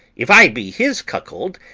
if i be his cuckold,